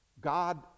God